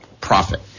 profit